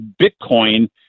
Bitcoin